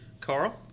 Carl